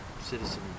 citizen